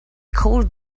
called